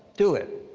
do it